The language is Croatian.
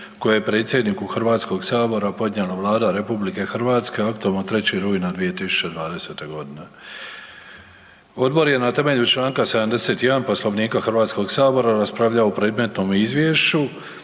koje je predsjedniku Hrvatskog sabora podnijela Vlada RH aktom od 3. rujna 2020. godine. Odbor je na temelju Članka 71. Poslovnika Hrvatskog sabora raspravljao o predmetnom izvješću,